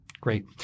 Great